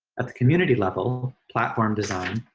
at the community level, platform design